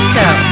Show